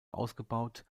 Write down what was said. ausgebaut